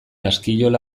askiola